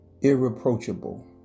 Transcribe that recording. irreproachable